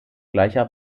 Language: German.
gleicher